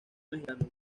mexicano